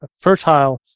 fertile